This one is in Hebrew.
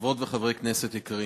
חברות וחברי כנסת יקרים,